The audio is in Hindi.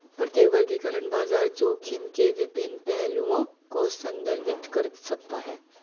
प्रत्येक वर्गीकरण बाजार जोखिम के विभिन्न पहलुओं को संदर्भित कर सकता है